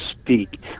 speak